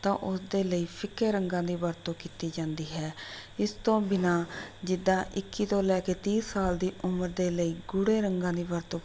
ਤਾਂ ਉਸ ਦੇ ਲਈ ਫਿੱਕੇ ਰੰਗਾਂ ਦੀ ਵਰਤੋਂ ਕੀਤੀ ਜਾਂਦੀ ਹੈ ਇਸ ਤੋਂ ਬਿਨਾ ਜਿੱਦਾਂ ਇੱਕੀ ਤੋਂ ਲੈ ਕੇ ਤੀਹ ਸਾਲ ਦੀ ਉਮਰ ਦੇ ਲਈ ਗੂੜ੍ਹੇ ਰੰਗਾਂ ਦੀ ਵਰਤੋਂ